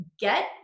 get